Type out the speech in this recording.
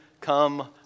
come